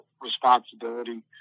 responsibility